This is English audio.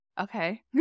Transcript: Okay